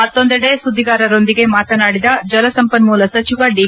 ಮತ್ತೊಂದೆಡೆ ಸುದ್ದಿಗಾರರೊಂದಿಗೆ ಮಾತನಾಡಿದ ಜಲಸಂಪನ್ಮೂಲ ಸಚಿವ ದಿ